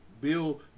Bill